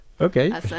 Okay